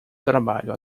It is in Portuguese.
trabalho